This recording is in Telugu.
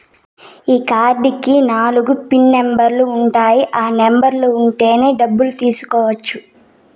ఈ కార్డ్ కి నాలుగు పిన్ నెంబర్లు ఉంటాయి ఆ నెంబర్ ఉంటేనే డబ్బులు తీసుకోవచ్చు